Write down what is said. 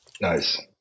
Nice